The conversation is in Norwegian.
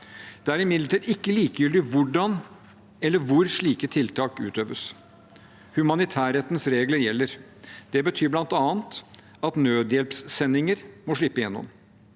Det er imidlertid ikke likegyldig hvordan eller hvor slike tiltak utøves. Humanitærrettens regler gjelder. Det betyr bl.a. at nødhjelpssendinger må slippe igjennom.